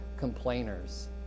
complainers